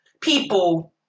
people